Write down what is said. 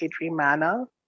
manner